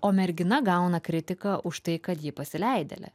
o mergina gauna kritiką už tai kad ji pasileidėlė